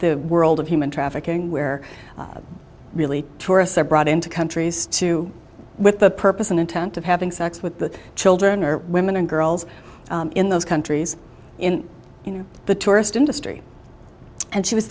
the world of human trafficking where really tourists are brought into countries to with the purpose and intent of having sex with children or women and girls in those countries in you know the tourist industry and she was